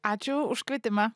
ačiū už kvietimą